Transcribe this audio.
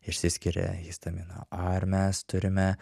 išsiskiria histamino ar mes turime